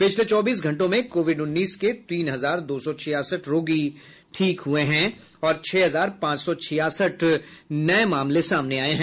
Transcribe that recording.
पिछले चौबीस घंटों में कोविड उन्नीस के तीन हजार दो सौ छियासठ रोगी ठीक हुए हैं और छह हजार पांच सौ छियासठ नए मामले सामने आए हैं